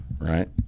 right